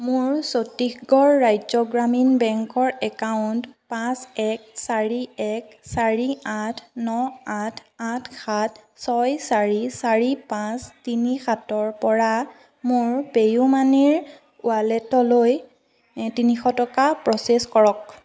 মোৰ ছত্তিশগড় ৰাজ্য গ্ৰামীণ বেংকৰ একাউণ্ট পাঁচ এক চাৰি এক চাৰি আঠ ন আঠ আঠ সাত ছয় চাৰি চাৰি পাঁচ তিনি সাতৰ পৰা মোৰ পে' ইউ মানিৰ ৱালেটলৈ তিনিশ টকা প্ৰ'চেছ কৰক